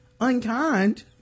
unkind